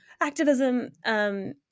activism